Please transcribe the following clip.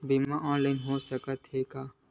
बीमा ऑनलाइन हो सकत हे का?